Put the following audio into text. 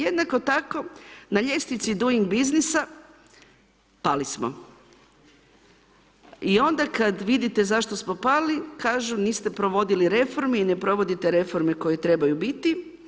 Jednako tako na ljestvici doing businessa, pali smo i onda kada vidite zašto smo pali, kažu, niste provodili reforme i ne provodite reforme koje trebaju biti.